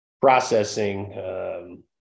processing